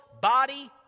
body